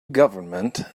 government